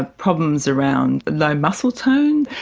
ah problems around low muscle tone,